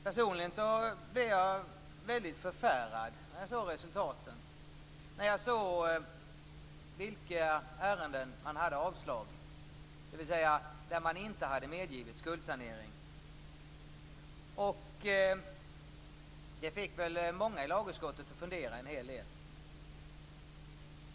Personligen blev jag väldigt förfärad när jag såg resultaten, när jag såg vilka ärenden som hade fått avslag, dvs. där man inte hade medgivit skuldsanering. Det fick många i lagutskottet att fundera en hel del.